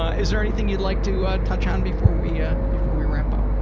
ah is there anything you'd like to ah touch on before we ah before we wrap up?